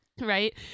right